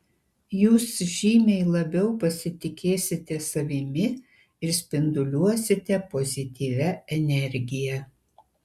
jūs žymiai labiau pasitikėsite savimi ir spinduliuosite pozityvia energija